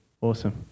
Awesome